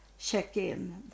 check-in